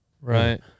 Right